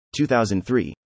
2003